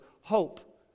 Hope